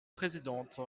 présidente